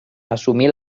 assumí